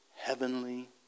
heavenly